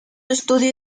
estudio